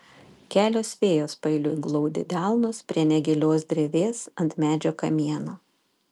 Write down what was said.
kelios fėjos paeiliui glaudė delnus prie negilios drevės ant medžio kamieno